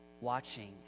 watching